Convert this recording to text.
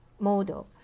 model